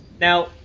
Now